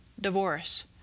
divorce